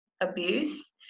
abuse